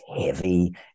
heavy